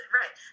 right